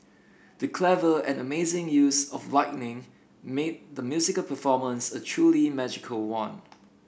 the clever and amazing use of lighting made the musical performance a truly magical one